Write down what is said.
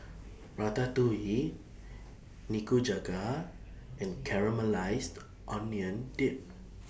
Ratatouille Nikujaga and Caramelized Maui Onion Dip